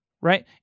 right